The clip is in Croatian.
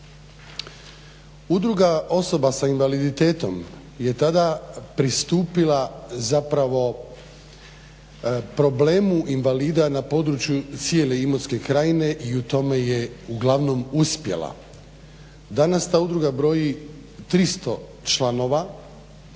Udruga osoba sa invaliditetom je tada pristupila zapravo problemu invalida na području cijele Imotske krajine i u tome je uglavnom uspjela. Danas ta udruga broji 300 članova